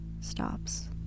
stops